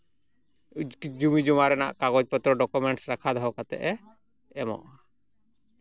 ᱡᱩᱢᱤ ᱡᱚᱢᱟ ᱨᱮᱱᱟᱜ ᱠᱟᱜᱚᱡ ᱯᱚᱛᱨᱚ ᱰᱚᱠᱚᱢᱮᱱᱥ ᱨᱟᱠᱷᱟ ᱫᱚᱦᱚ ᱠᱟᱛᱮᱫᱼᱮ ᱮᱢᱚᱜᱼᱟ